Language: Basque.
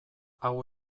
hau